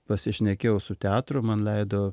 pasišnekėjau su teatru man leido